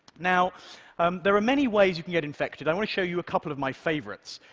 now um there are many ways you can get infected. i want to show you a couple of my favorites.